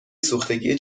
سوختگی